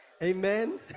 amen